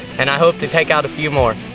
and i hope to take out a few more.